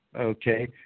okay